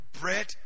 bread